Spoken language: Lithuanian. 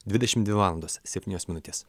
dvidešimt dvi valandos septynios minutės